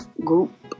group